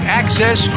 access